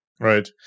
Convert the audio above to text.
Right